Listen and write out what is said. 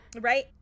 right